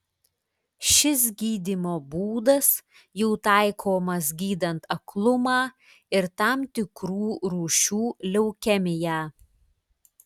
šis gydymo būdas jau taikomas gydant aklumą ir tam tikrų rūšių leukemiją